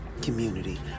community